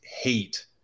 hate